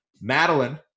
madeline